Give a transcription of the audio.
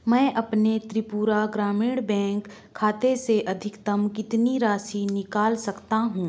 मैं अपने त्रिपुरा ग्रामीण बैंक खाते से अधिकतम कितनी राशि निकाल सकता हूँ